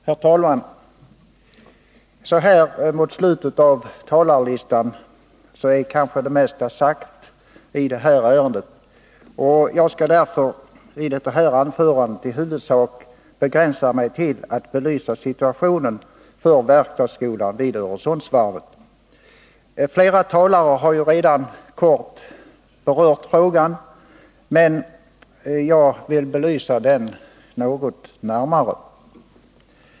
Herr talman! Så här mot slutet av debatten är kanske det mesta sagt i detta ärende. Jag skall därför i detta anförande i huvudsak begränsa mig till att belysa situationen för verkstadsskolan vid Öresundsvarvet. Flera talare har redan kort berört frågan, men jag vill ändå belysa den något närmare.